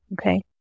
Okay